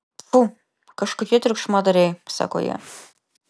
pfu kažkokie triukšmadariai sako jie